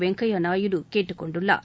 வெங்கய்யா நாயுடு கேட்டுக்கொண்டார்